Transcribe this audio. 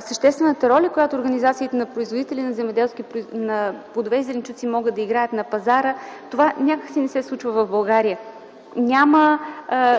съществената роля, която организациите на производители на плодове и зеленчуци могат да играят на пазара, това някак си не се случва в България. Няма